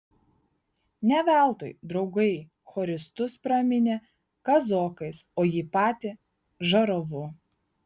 ne veltui draugai choristus praminė kazokais o jį patį žarovu